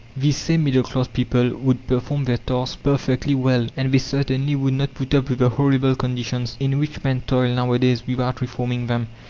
these same middle-class people would perform their task perfectly well, and they certainly would not put up with the horrible conditions in which men toil nowadays without reforming them.